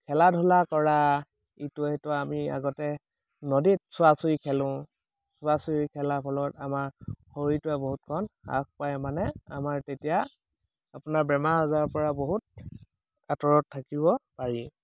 খেলা ধূলা কৰা ইটোৱে সিটোৱে আমি আগতে নদীত চোৱা চুই খেলোঁ চোৱা চুই খেলাৰ ফলত আমাৰ শৰীৰটোৱে বহুতকণ হ্ৰাস পায় মানে আমাৰ তেতিয়া আপোনাৰ বেমাৰ আজাৰৰ পৰা বহুত আঁতৰত থাকিব পাৰি